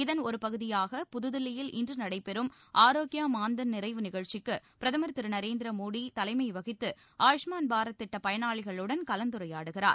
இதன் ஒருபகுதியாக புதுதில்லியில் இன்று நடைபெறும் ஆரோக்கியா மான்தன் நிறைவு நிகழ்ச்சிக்கு பிரதமர் திரு நரேந்திர மோடி தலைமை வகித்து ஆயுஷ்மாள் பாரத் திட்ட பயனாளிகளுடன் கலந்துரையாடுகிறார்